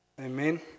Amen